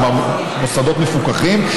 כלומר מוסדות מפוקחים,